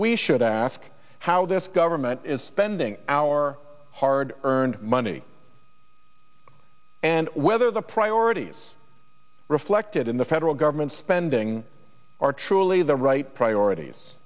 we should add ask how this government is spending our hard earned money and whether the priorities reflected in the federal government's spending are truly the right priorities